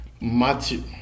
Matthew